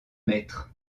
maître